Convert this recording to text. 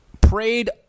prayed